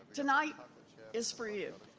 tonight is for you.